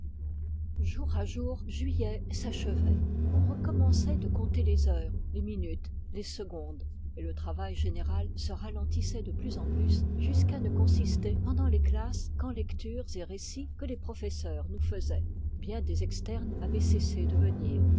jour à jour juillet s'achevait on recommençait de compter les heures les minutes les secondes et le travail général se ralentissait de plus en plus jusqu'à ne consister pendant les classes qu'en lectures et récits que les professeurs nous faisaient bien des externes avaient cessé de venir